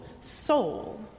soul